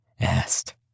asked